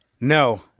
No